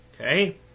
Okay